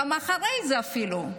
גם אחרי זה, אפילו,